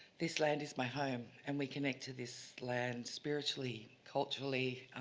this land is my home, and we connect to this land spiritually, culturally,